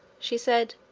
she said,